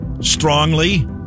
Strongly